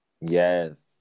Yes